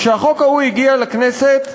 כשהחוק ההוא הגיע לכנסת,